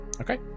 Okay